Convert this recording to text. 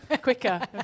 Quicker